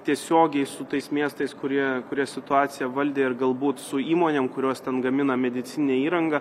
tiesiogiai su tais miestais kurie kurie situaciją valdė ir galbūt su įmonėm kurios ten gamina medicininę įrangą